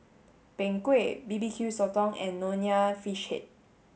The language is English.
Png Kueh B B Q Sotong and Nonya fish head